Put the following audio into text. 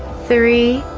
three